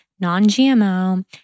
non-GMO